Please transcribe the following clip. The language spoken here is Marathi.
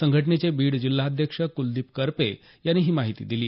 संघटनेचे बीड जिल्हाध्यक्ष कुलदीप करपे यांनी ही माहिती दिली